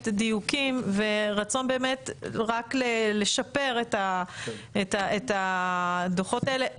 דיוקים ורצון באמת רק לשפר את הדו"חות האלה.